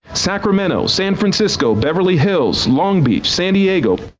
sacramento, san francisco, beverly hills, long beach, san diego.